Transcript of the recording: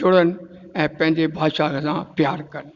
जुड़नि ऐं पंहिंजी भाषा सां प्यारु कनि